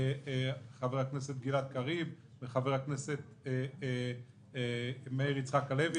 חבר הכנסת גלעד קריב וחבר הכנסת מאיר יצחק הלוי,